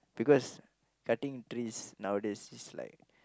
because cutting trees nowadays is like